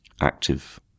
active